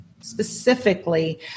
specifically